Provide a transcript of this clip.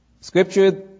scripture